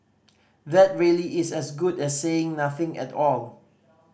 that really is as good as saying nothing at all